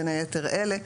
בין היתר אלה,